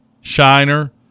Shiner